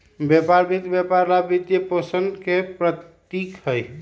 व्यापार वित्त व्यापार ला वित्तपोषण के प्रतीक हई,